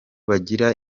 bagira